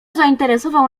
zainteresował